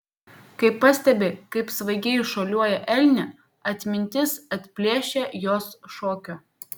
kai pastebi kaip svaigiai šuoliuoja elnė atmintis atplėšia jos šokio